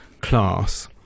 class